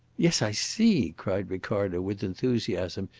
yes, i see! cried ricardo, with enthusiasm.